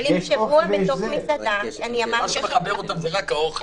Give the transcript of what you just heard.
מה שמחבר אותם, זה רק האוכל.